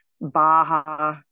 Baja